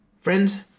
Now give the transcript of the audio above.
friends